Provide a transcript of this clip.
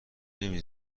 نمی